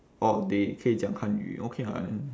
orh they 可以讲汉语 okay [what]